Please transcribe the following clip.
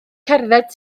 cerdded